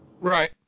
right